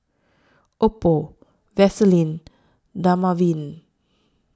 Oppo Vaselin Dermaveen